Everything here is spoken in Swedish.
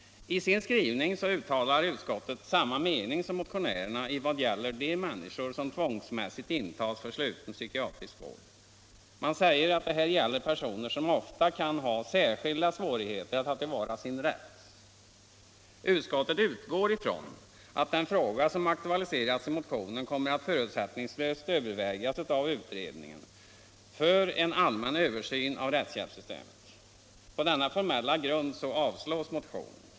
I sin skrivning uttalar utskottet samma mening som motionärerna i vad gäller de människor som tvångsmässigt intagits för sluten psykiatrisk vård. Man säger att det här gäller personer som ofta kan ha särskilda svårigheter att ta till vara sin rätt. Utskottet utgår från att den fråga som aktualiserats i motionen kommer att förutsättningslöst övervägas av utredningen för en allmän översyn av rättshjälpssystemet. På denna formella grund avstyrks motionen.